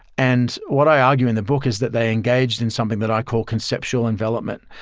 and what i argue in the book is that they engaged in something that i call conceptual envelopment.